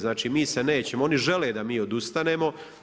Znači mi se nećemo, oni žele da mi odustanemo.